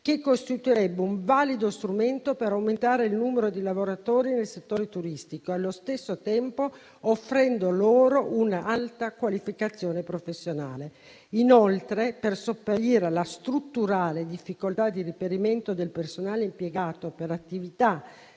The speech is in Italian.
che costituirebbe un valido strumento per aumentare il numero di lavoratori nel settore turistico, allo stesso tempo offrendo loro un'alta qualificazione professionale. Inoltre, per sopperire alla strutturale difficoltà di reperimento del personale impiegato per attività